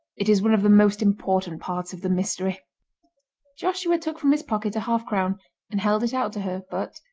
it is one of the most important parts of the mystery joshua took from his pocket a half-crown and held it out to her, but,